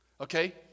Okay